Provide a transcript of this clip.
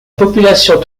population